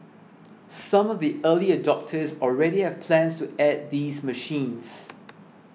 some of the early adopters already have plans to add these machines